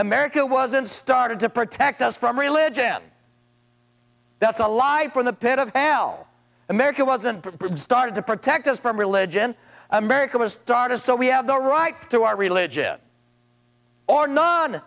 america wasn't started to protect us from religion that's a lie from the pit of hell america wasn't started to protect us from religion america was started so we have the right to our religion or non